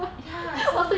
ya so